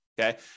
okay